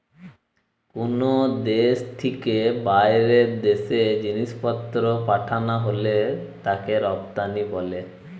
কুনো দেশ থিকে বাইরের দেশে জিনিসপত্র পাঠানা হলে তাকে রপ্তানি বলে